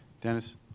Dennis